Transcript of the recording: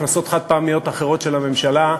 הכנסות חד-פעמיות אחרות של הממשלה,